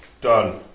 Done